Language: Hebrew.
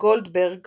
גולדברג